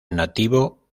nativo